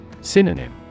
Synonym